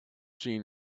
seen